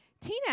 Tina